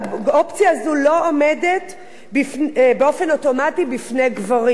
האופציה הזאת לא עומדת באופן אוטומטי לפני גברים.